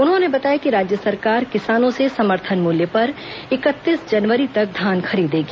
उन्होंने बताया कि राज्य सरकार किसानों से समर्थन मूल्य पर इकतीस जनवरी तक धान खरीदेगी